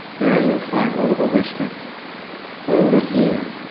there you will find all the wisdom all the healing,